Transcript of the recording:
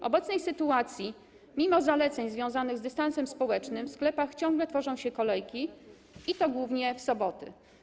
W obecnej sytuacji, mimo zaleceń związanych z dystansem społecznym, w sklepach ciągle tworzą się kolejki, i to głównie w soboty.